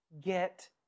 get